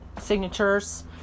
signatures